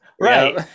Right